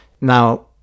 Now